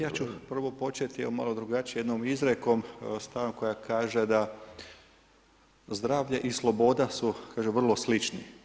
Ja ću prvo početi evo malo drugačije jednom izrekom, starom koja kaže da zdravlje i sloboda su kaže vrlo slični.